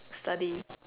study